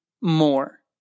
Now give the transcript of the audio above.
more